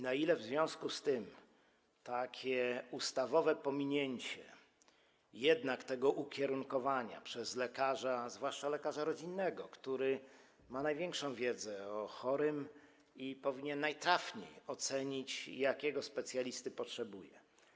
Na ile w związku z tym możliwe jest takie ustawowe pominięcie tego ukierunkowania przez lekarza, zwłaszcza lekarza rodzinnego, który ma największą wiedzę o chorym i powinien najtrafniej ocenić, jakiego specjalisty on potrzebuje?